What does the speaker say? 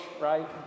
right